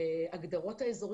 לגבי שאר הדברים